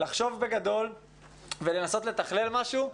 לחשוב בגדול ולנסות לתכלל משהו.